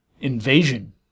Invasion